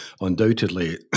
undoubtedly